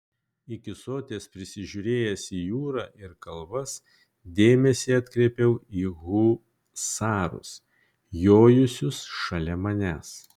iki soties prisižiūrėjęs į jūrą ir kalvas dėmesį atkreipiau į husarus jojusius šalia manęs